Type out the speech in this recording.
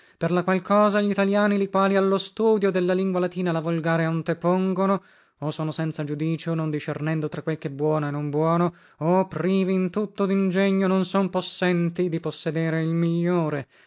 per la qual cosa glitaliani li quali allo studio della lingua latina la volgare antepongono o sono senza giudicio non discernendo tra quel chè buono e non buono o privi in tutto dingegno non son possenti di possedere il migliore